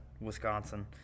Wisconsin